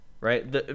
right